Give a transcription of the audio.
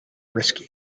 risky